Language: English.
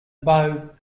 bow